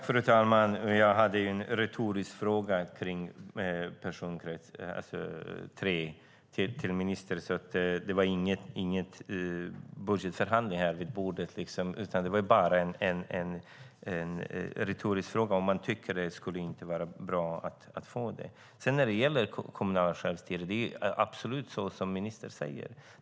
Fru talman! Min fråga till ministern om personkrets 3 var retorisk. Det var ingen budgetförhandling här vid bordet, utan det var en retorisk fråga om det inte vore bra att få det. När det gäller det kommunala självstyret är det absolut så som ministern säger.